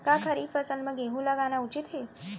का खरीफ फसल म गेहूँ लगाना उचित है?